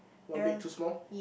one big two small